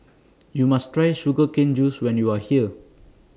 YOU must Try Sugar Cane Juice when YOU Are here